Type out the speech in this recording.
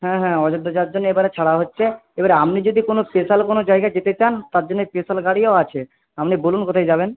হ্যাঁ হ্যাঁ অযোধ্যা যাওয়ার জন্য এবারে ছাড়া হচ্ছে এবার আপনি যদি কোনো স্পেশাল কোনো জায়গায় যেতে চান তার জন্যে স্পেশাল গাড়িও আছে আপনি বলুন কোথায় যাবেন